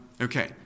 okay